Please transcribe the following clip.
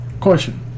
question